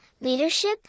leadership